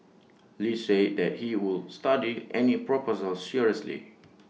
lee said that he would study any proposal seriously